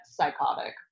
psychotic